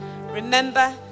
Remember